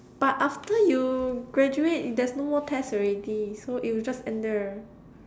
but after you graduate there's no more test already so it will just end there